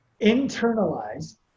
internalize